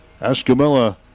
Escamilla